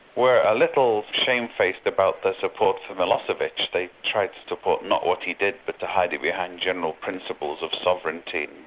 were a little shamefaced about their support for milosevic. they tried to support not what he did but to hide it behind general principles of sovereignty.